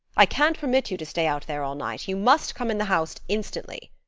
i can't permit you to stay out there all night. you must come in the house instantly.